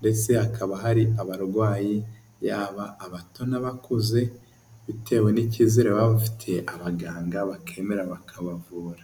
ndetse hakaba hari abarwayi yaba abato n'abakuze, bitewe n'icyizere baba bafitiye abaganga bakemera bakabavura.